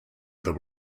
there